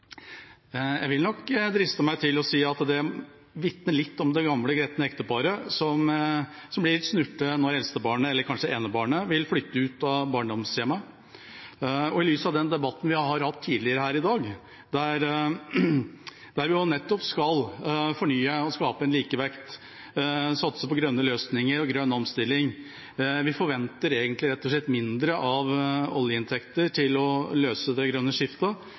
Jeg vil nok driste meg til å si at det minner litt om det gamle, gretne ekteparet som blir litt snurte når eldstebarnet, eller kanskje enebarnet, vil flytte ut av barndomshjemmet. I lys av den debatten vi har hatt tidligere her i dag, om at vi skal fornye og skape en likevekt, satse på grønne løsninger og grønn omstilling – vi forventer rett og slett mindre oljeinntekter til å løse det grønne skiftet